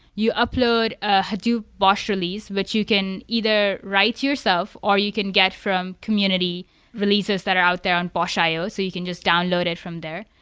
you upload a hadoop bosh release, which you can either write yourself or you can get from community releases that are out there on bosh io, so you can just download it from there.